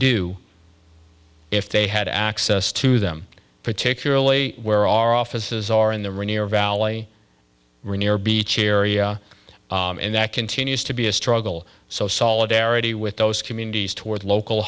do if they had access to them particularly where our offices are in the rainier valley or near beach area and that continues to be a struggle so solidarity with those communities toward local